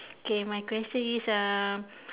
K my question is uh